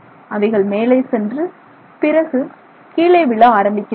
அவைகள் மேலே சென்று பிறகு கீழே விழ ஆரம்பிக்கின்றன